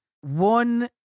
one